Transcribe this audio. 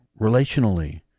relationally